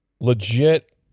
Legit